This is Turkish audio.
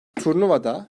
turnuvada